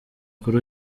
kuri